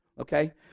Okay